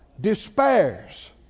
despairs